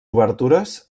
obertures